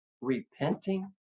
repenting